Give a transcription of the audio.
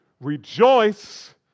rejoice